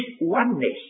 oneness